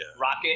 rocket